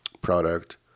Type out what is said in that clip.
product